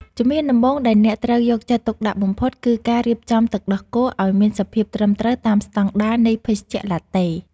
ជំហានដំបូងដែលអ្នកត្រូវយកចិត្តទុកដាក់បំផុត គឺការរៀបចំទឹកដោះគោឱ្យមានសភាពត្រឹមត្រូវតាមស្ដង់ដារនៃភេសជ្ជៈឡាតេ។